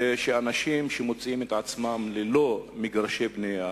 ויודע שאנשים שמוצאים את עצמם ללא מגרשי בנייה